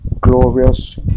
glorious